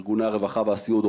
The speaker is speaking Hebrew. ארגוני הרווחה והסיעוד,